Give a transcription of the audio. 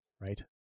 right